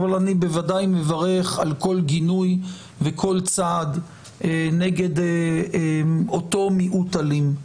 אבל אני בוודאי מברך על כל גינוי וכל צעד כנגד אותו מיעוט אלים.